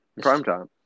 Primetime